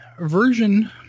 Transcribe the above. version